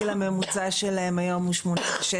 הוא בכלל נמצא במצב של תלות מלאה בעובד הזר.